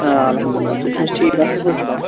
آ اَلحَمدُاللہ تُہۍ چھِو حظ ٹھیٖک اصٕل پٲٹھۍ چھِوا